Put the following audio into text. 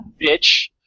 Bitch